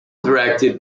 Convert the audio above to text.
directed